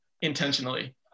intentionally